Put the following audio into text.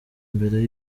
mbere